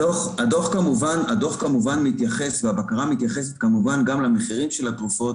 הדוח והבקרה כמובן מתייחסים גם למחירים של התרופות,